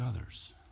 others